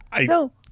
no